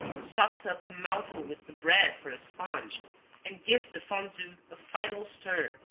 sops up a mouthful with the bread for a sponge and gives the fondue a final stir,